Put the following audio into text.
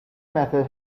method